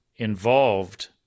involved